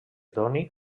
doni